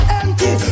empty